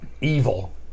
Evil